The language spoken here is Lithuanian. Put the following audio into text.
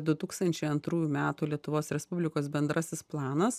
du tūkstančiai antrųjų metų lietuvos respublikos bendrasis planas